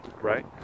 right